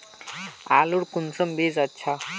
आलूर कुंसम बीज अच्छा?